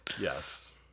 Yes